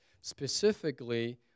specifically